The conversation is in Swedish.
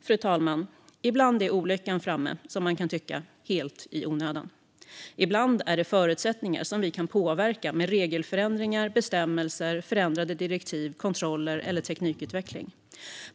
Fru talman! Ibland är olyckan framme helt i onödan, kan man tycka. Ibland är det förutsättningar som vi kan påverka med regelförändringar, bestämmelser, förändrade direktiv, kontroller eller teknikutveckling.